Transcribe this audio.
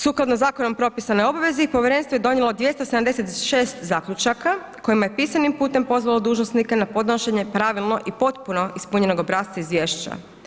Sukladno zakonom propisanoj obvezi povjerenstvo je donijelo 276 zaključaka kojima je pisanim putem pozvalo dužnosnike na podnošenje pravilno i potpuno ispunjenog obrasca izvješća.